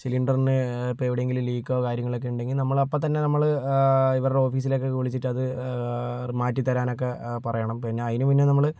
സിലിണ്ടറിന് ഇപ്പോൾ എവിടെയെങ്കിലും ലീക്കോ കാര്യങ്ങളോ ഒക്കെ ഉണ്ടെങ്കിൽ നമ്മളപ്പോത്തന്നെ നമ്മള് ഇവരുടെ ഓഫീസിലേക്കൊക്കെ വിളിച്ചിട്ടത് അത് മാറ്റിത്തരാനൊക്കെ പറയണം പിന്നെ അതിനു മുന്നേ നമ്മള്